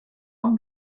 und